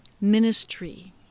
ministry